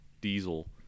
diesel